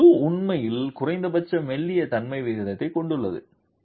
என்ன குழு உண்மையில் குறைந்தபட்ச மெல்லிய தன்மை விகிதத்தைக் கொண்டுள்ளது